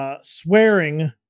swearing